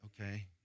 okay